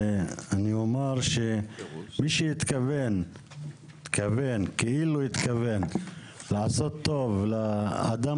מי שהתכוון - כאילו התכוון - לעשות טוב לאדם